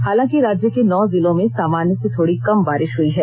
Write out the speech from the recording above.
हालांकि राज्य के नौ जिलों में सामान्य से थोड़ी कम बारिश हुई है